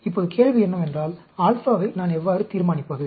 இப்போது கேள்வி என்னவென்றால் ஆல்பாவை நான் எவ்வாறு தீர்மானிப்பது